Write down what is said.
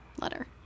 letter